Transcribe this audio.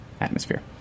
atmosphere